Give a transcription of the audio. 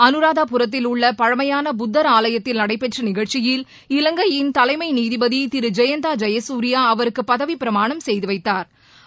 அனுராதாபுரத்தில் உள்ள பழமையான புத்த ஆலயத்தில் நடைபெற்ற நிகழ்ச்சியில் இலங்கையின் தலைமை நீதிபதி ஜெயந்தா ஜெயசூரியா அவருக்கு பதவிப் பிரமாணம் செய்து வைத்தாா்